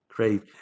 Great